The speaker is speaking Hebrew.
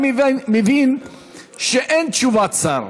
אני מבין שאין תשובת שר.